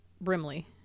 Brimley